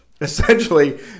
essentially